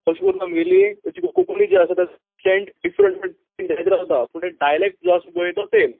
अशी करूंन आमगेली जी कोंकणी जी आसा तेचो एक्सेंट डिफरंट जायत रावता पूण जो डायलेक्ट जो आसा पळय तो सेम